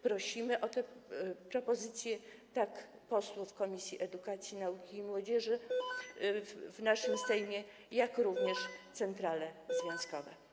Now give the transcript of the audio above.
Prosimy o te propozycje tak posłów Komisji Edukacji, Nauki i Młodzieży w naszym Sejmie, jak i centrale związkowe.